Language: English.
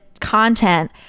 content